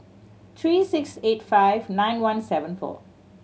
three six eight five nine one seven four